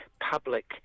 public